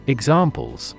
Examples